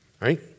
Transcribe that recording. right